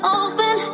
open